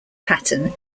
pattern